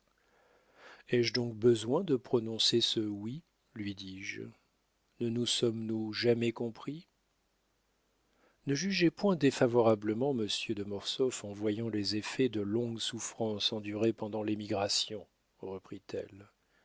ai-je donc besoin de prononcer ce oui lui dis-je ne nous sommes-nous jamais compris ne jugez point défavorablement monsieur de mortsauf en voyant les effets de longues souffrances endurées pendant l'émigration